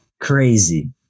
Crazy